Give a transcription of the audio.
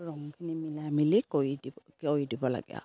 ৰঙখিনি মিলাই মেলি কৰি দিব কৰি দিব লাগে আৰু